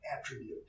attribute